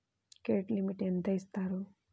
Credit limit ఎంత ఇస్తారు?